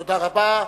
תודה רבה.